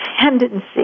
tendency